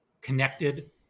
connected